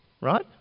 right